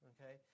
Okay